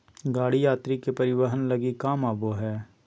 गाड़ी यात्री के परिवहन लगी काम आबो हइ